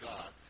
God